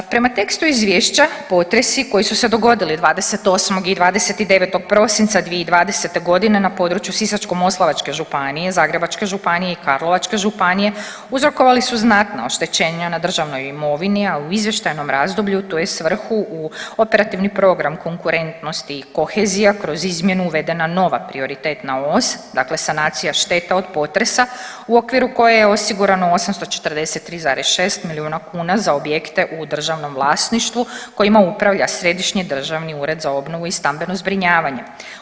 Prema tekstu izvješća potresi koji su se dogodili 28. i 29. prosinca 2020. godine na području Sisačko-moslavačke županije, Zagrebačke županije i Karlovačke županije uzrokovali su znatna oštećenja na državnoj imovini, a u izvještajnom razdoblju tu je svrhu u Operativni program konkurentnost i kohezija kroz izmjenu uvedena nova prioritetna os, dakle Sanacija šteta od potresa, u okviru je osigurano 843,6 milijuna kuna za objekte u državnom vlasništvu kojima upravlja Središnji državni ured za obnovu i stambeno zbrinjavanje.